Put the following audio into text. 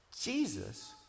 Jesus